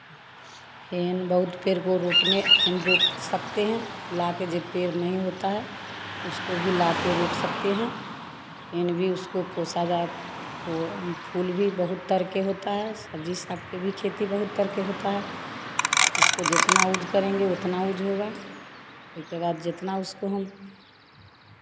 फिर बहुत पेर को रोपने फिर रोप सकते हैं लाकर जे पेड़ नहीं होता है उसको भी लाकर रोप सकते हैं फिर भी उसको पोशा जाता है पो फूल भी बहुत तर के होता है सब्ज़ी साग के भी खेती बहुत तर के होता है उसको जितना यूज़ करेंगे उतना यूज़ होगा इसके बाद जितना उसको हम